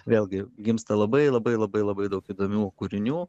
vėlgi gimsta labai labai labai labai daug įdomių kūrinių